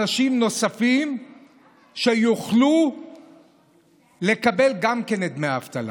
אנשים נוספים שיוכלו לקבל גם כן את דמי האבטלה.